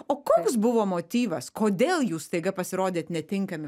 o koks buvo motyvas kodėl jūs staiga pasirodėt netinkami